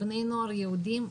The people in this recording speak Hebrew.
בני נוער יהודים,